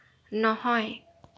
নহয়